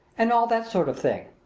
and all that sort of thing.